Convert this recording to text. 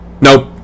Nope